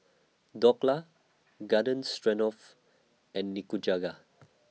Dhokla Garden Stroganoff and Nikujaga